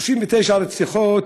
39 רציחות,